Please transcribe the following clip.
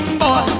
boy